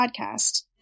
podcast